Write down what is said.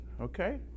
okay